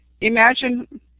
imagine